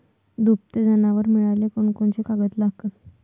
दुभते जनावरं मिळाले कोनकोनचे कागद लागन?